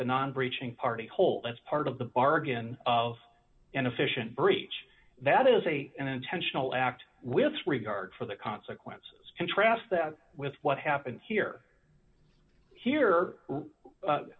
the non breaching party whole as part of the bargain of an efficient breach that is a an intentional act with regard for the consequences contrast that with what happened here here